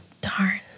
Darn